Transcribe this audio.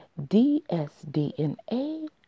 DSDNA